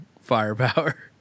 firepower